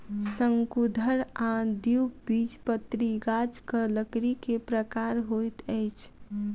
शंकुधर आ द्विबीजपत्री गाछक लकड़ी के प्रकार होइत अछि